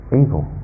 evil